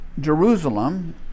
Jerusalem